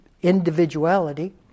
individuality